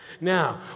Now